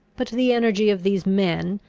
but the energy of these men,